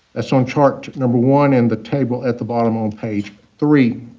that's on chart number one and the table at the bottom on page three.